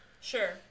Sure